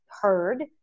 heard